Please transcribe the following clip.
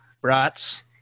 Brats